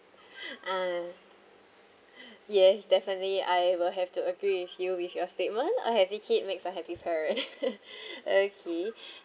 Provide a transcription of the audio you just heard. ah yes definitely I will have to agree with you with your statement a happy kid makes a happy parents okay